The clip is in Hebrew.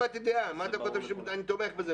לא הבעתי דעה אז למה אתה כותב שאני תומך בזה?